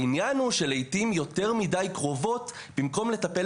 העניין הוא שלעיתים יותר מדי קרובות במקום לקבל